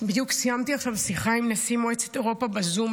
בדיוק סיימתי עכשיו שיחה עם נשיא מועצת אירופה בזום,